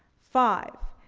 five,